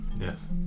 Yes